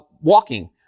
walking